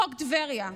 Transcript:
חוק טבריה.